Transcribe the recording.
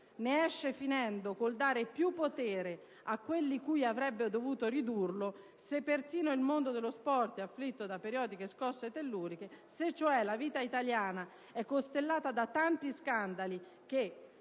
ne esce finendo col dare più potere a quelli cui avrebbe voluto ridurlo, se persino il mondo dello sport è afflitto da periodiche scosse telluriche. Se, cioè, la vita italiana è costellata da tanti scandali che